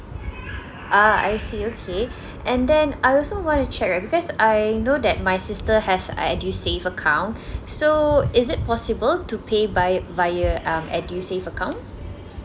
ah I see okay and then I also want to check because I know that my sister has edusave account so is it possible to pay by via um edusave account